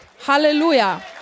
Hallelujah